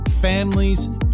families